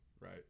right